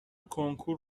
کنکور